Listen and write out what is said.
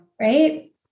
right